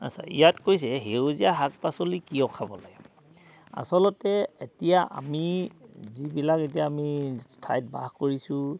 আচ্ছা ইয়াত কৈছে সেউজীয়া শাক পাচলি কিয় খাব লাগে আচলতে এতিয়া আমি যিবিলাক এতিয়া আমি ঠাইত বাস কৰিছোঁ